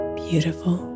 beautiful